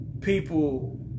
people